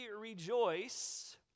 rejoice